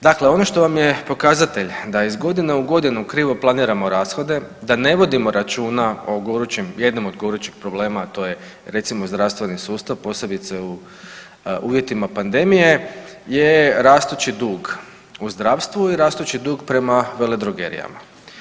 Dakle, ono što vam je pokazatelj da iz godine u godinu krivo planiramo rashode, da ne vodimo računa o gorućim, jednom od gorućih problema, a to je recimo zdravstveni sustava posebice u uvjetima pandemije je rastući dug u zdravstvu i rastući dug prema veledrogerijama.